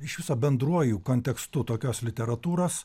iš viso bendruoju kontekstu tokios literatūros